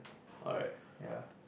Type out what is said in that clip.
alright ya